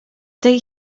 tej